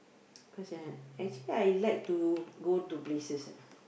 cause ya actually I like to go to places ah